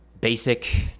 basic